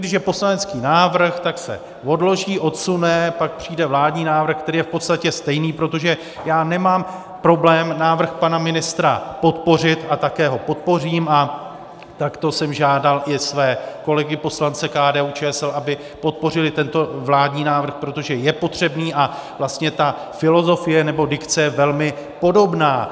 Když je poslanecký návrh, tak se odloží, odsune, pak přijde vládní návrh, který je v podstatě stejný, protože já nemám problém návrh pana ministra podpořit a také ho podpořím, a takto jsem žádal i své kolegy poslance KDUČSL, aby podpořili tento vládní návrh, protože je potřebný, a vlastně ta filozofie, nebo dikce, je velmi podobná.